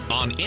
on